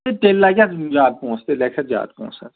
تہٕ تیٚلہِ لَگہِ اَتھ زیادٕ پونسہٕ تیٚلہِ لَگہِ اَتھ زیادٕ پونسہٕ حظ